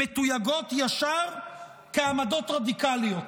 מתויגות ישר כעמדות רדיקליות.